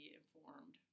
informed